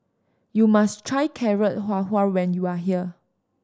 you must try Carrot Halwa when you are here